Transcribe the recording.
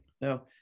No